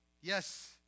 Yes